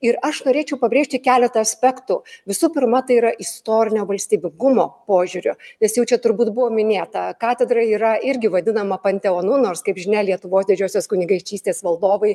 ir aš norėčiau pabrėžti keletą aspektų visų pirma tai yra istorinio valstybingumo požiūriu nes jau čia turbūt buvo minėta katedra yra irgi vadinama panteonu nors kaip žinia lietuvos didžiosios kunigaikštystės valdovai